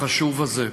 החשוב הזה.